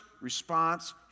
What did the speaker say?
response